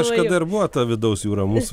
kažkada ir buvo ta vidaus jūra mūsų